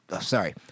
sorry